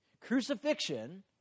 Crucifixion